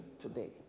today